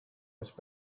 much